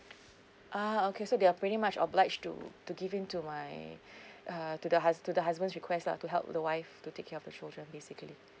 ah okay so they are pretty much oblige to to give in to my err to the hus~ to the husband's request lah to help the wife to take care of the children basically